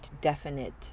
definite